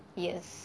yes